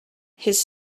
his